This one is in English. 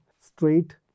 straight